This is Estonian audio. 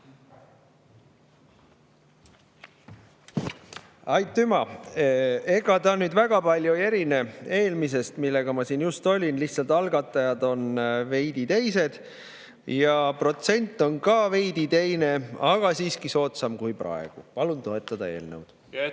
Aitüma! Ega ta väga palju ei erine eelmisest, millega ma siin just olin. Lihtsalt algatajad on veidi teised ja protsent on ka veidi teine, aga siiski soodsam kui praegu. Palun eelnõu